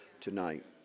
tonight